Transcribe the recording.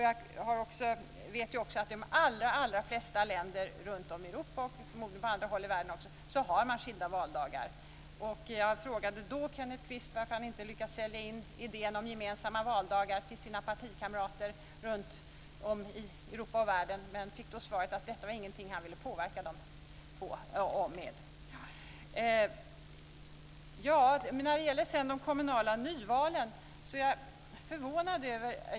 Jag vet också att man i de allra flesta länder runtom i Europa, och förmodligen också på andra håll i världen, har skilda valdagar. Jag frågade Kenneth Kvist varför han inte lyckats sälja in idén om gemensam valdag hos sina partikamrater runtom i Europa och världen, men fick då svaret att detta inte var en fråga han ville påverka dem i. När det sedan gäller de kommunala nyvalen kan jag säga att jag är förvånad.